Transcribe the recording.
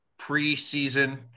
preseason